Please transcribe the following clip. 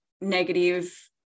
negative